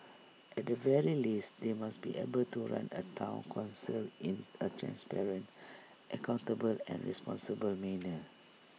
at the very least they must be able to run A Town Council in A transparent accountable and responsible manner